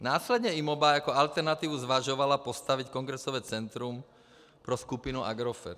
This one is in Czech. Následně IMOBA jako alternativu zvažovala postavit kongresové centrum pro skupinu Agrofert.